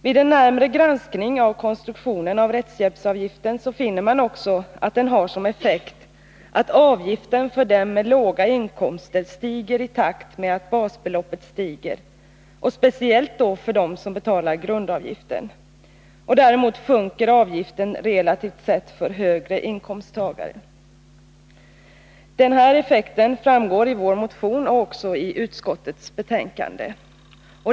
Vid en närmare granskning av konstruktionen av rättshjälpsavgiften finner man också att den har som effekt att avgiften för personer med låga inkomster stiger i takt med att basbeloppet höjs, speciellt då för dem som betalar grundavgiften. För högre inkomsttagare däremot sjunker avgiften relativt sett. Att den här effekten uppstår framgår av vår motion, men redovisas också i utskottets betänkande.